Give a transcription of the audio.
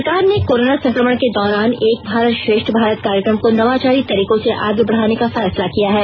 सरकार ने कोरोना संक्रमण के दौरान एक भारत श्रेष्ठ भारत कार्यक्रम को नवाचारी तरीकों से आगे बढ़ाने का फैसला किया है